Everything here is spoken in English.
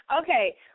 Okay